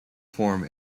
form